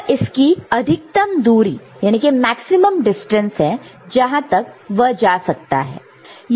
यह इसकी अधिकतम दूरी मैक्सिम डिस्टेंस है जहां तक वह जा सकता है